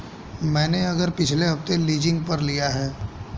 मैंने यह घर पिछले हफ्ते लीजिंग पर लिया है